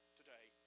today